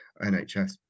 NHS